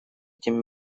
этим